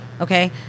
okay